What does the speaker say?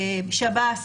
שב"ס,